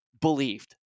believed